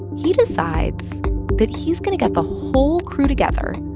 he decides that he's going to get the whole crew together,